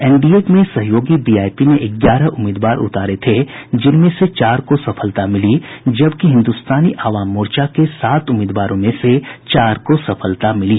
NDA में सहयोगी VIP ने ग्यारह उम्मीदवार उतारे थे जिनमें से चार को सफलता मिली जबकि हिन्दुस्तानी आवाम मोर्चा के सात उम्मीदवारों में से चार को सफलता मिली